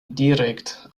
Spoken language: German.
direkt